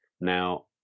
now